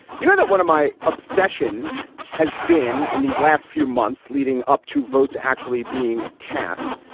you know that one of my obsessions has been in these last few months leading up to votes actually being cast.